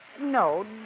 No